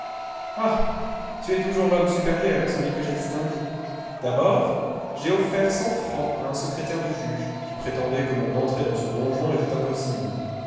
ah tu es toujours l'homme supérieur celui que j'ai distingué d'abord j'ai offert cent francs à un secrétaire de juge qui prétendait que mon entrée dans ce donjon était impossible